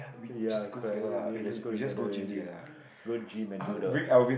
ya correct then you just go together already go gym and do the